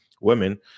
women